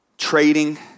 Trading